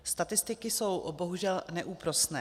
Statistiky jsou bohužel neúprosné.